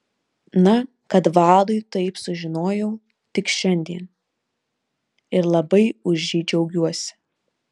na kad vladui taip sužinojau tik šiandien ir labai už jį džiaugiuosi